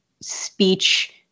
speech